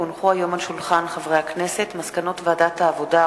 כי הונחו היום על שולחן הכנסת מסקנות ועדת העבודה,